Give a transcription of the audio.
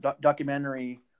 documentary